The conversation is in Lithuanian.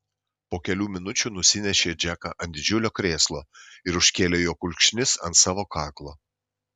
po kelių minučių nusinešė džeką ant didžiulio krėslo ir užkėlė jo kulkšnis ant savo kaklo